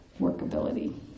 workability